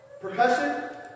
percussion